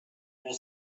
was